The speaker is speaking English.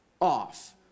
off